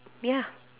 ya